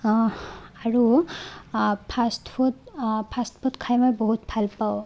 আৰু fast food fast food খাই মই বহুত ভাল পাওঁ